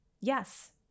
yes